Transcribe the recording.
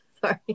Sorry